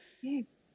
Yes